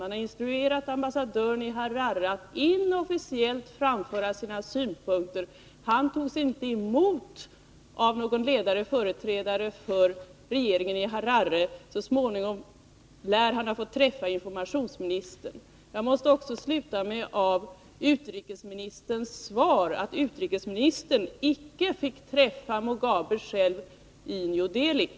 Man har instruerat ambassadören i Harare att inofficiellt framföra sina synpunkter. Han togs inte emot av någon ledande företrädare för regeringen i Harare. Så småningom lär han ha fått träffa informationsministern. Av utrikesministerns svar kan jag sluta mig till att utrikesministern själv icke fick träffa Mugabe personligen i New Delhi.